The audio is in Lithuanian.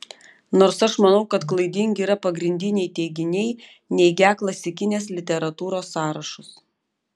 nors aš manau kad klaidingi yra pagrindiniai teiginiai neigią klasikinės literatūros sąrašus